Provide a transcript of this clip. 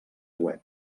web